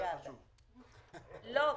ינון אזולאי, מן המציעים,